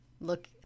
Look